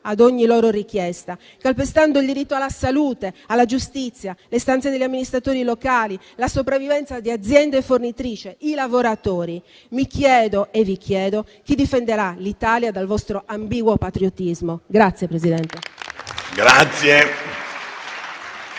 a ogni loro richiesta, calpestando il diritto alla salute, alla giustizia, le istanze degli amministratori locali, la sopravvivenza di aziende fornitrici, i lavoratori? Mi chiedo e vi chiedo chi difenderà l'Italia dal vostro ambiguo patriottismo.